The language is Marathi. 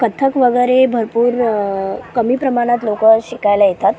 कथ्थक वगैरे भरपूर कमी प्रमाणात लोकं शिकायला येतात